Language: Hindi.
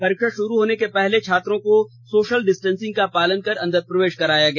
परीक्षा शुरू होने के पहले छात्रों को सोशल डिस्टेंसिंग का पालन कर अंदर प्रवेश कराया गया